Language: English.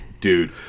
Dude